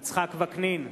יצחק וקנין,